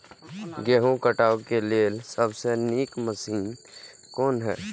गेहूँ काटय के लेल सबसे नीक मशीन कोन हय?